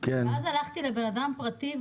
ואז הלכתי לאדם פרטי,